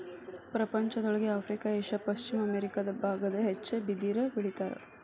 ಪ್ರಪಂಚದೊಳಗ Africa Asia ಪಶ್ಚಿಮ America ಬಾಗದಾಗ ಹೆಚ್ಚ ಬಿದಿರ ಬೆಳಿತಾರ